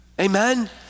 amen